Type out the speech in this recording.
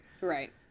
right